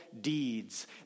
deeds